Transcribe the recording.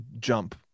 jump